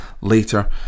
later